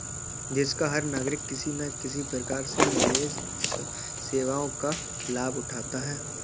देश का हर नागरिक किसी न किसी प्रकार से निवेश सेवाओं का लाभ उठाता है